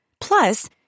Plus